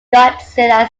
godzilla